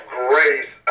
grace